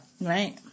Right